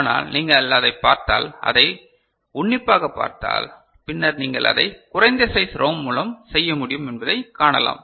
ஆனால் நீங்கள் அதைப் பார்த்தால் அதை உன்னிப்பாகப் பார்த்தாள் பின்னர் நீங்கள் அதை குறைந்த சைஸ் ரோம் மூலம் செய்ய முடியும் என்பதைக் காணலாம்